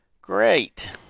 Great